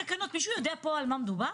מישהו יודע פה על מה מדובר?